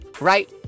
Right